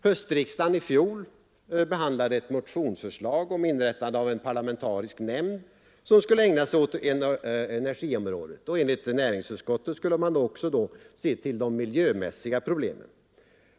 Höstriksdagen 1971 behandlade ett motionsförslag om inrättande av en parlamentarisk nämnd som skulle ägna sig åt energiområdet, och enligt näringsutskottet skulle man då också se till de miljömässiga problemen.